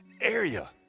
area